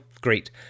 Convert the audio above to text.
great